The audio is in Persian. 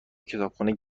کتابخونه